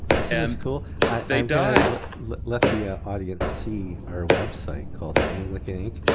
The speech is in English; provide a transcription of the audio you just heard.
this and cool? and they died. let let the ah audience see our website called anglican ink.